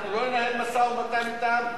אנחנו לא ננהל משא-ומתן אתם,